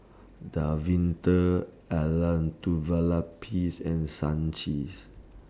Davinder Elattuvalapil's and Sachin's